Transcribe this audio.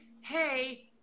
Hey